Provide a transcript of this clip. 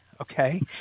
okay